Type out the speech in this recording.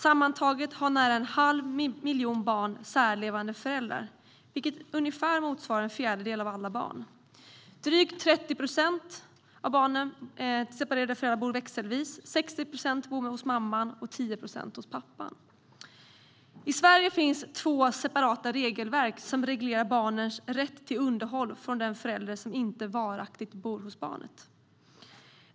Sammantaget har nära en halv miljon barn särlevande föräldrar, vilket motsvarar ungefär en fjärdedel av alla barn. Drygt 30 procent av barn till separerade föräldrar bor växelvis, 60 procent bor hos mamman och 10 procent hos pappan. I Sverige finns två separata regelverk som reglerar barnens rätt till underhåll från den förälder som inte varaktigt bor med barnet.